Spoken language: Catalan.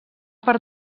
per